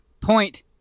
point